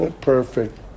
perfect